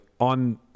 On